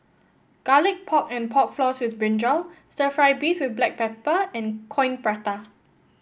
Garlic Pork and Pork Floss with brinjal stir fry beef with Black Pepper and Coin Prata